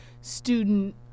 student